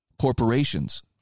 Corporations